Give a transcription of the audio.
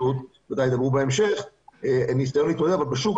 שוודאי ידברו בהמשך על הניסיון להתמודד אבל שוב,